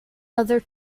other